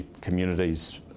communities